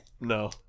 No